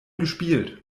gespielt